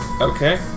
Okay